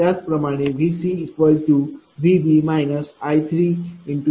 त्याचप्रमाणे VCVB I3Z3225